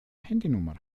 handynummer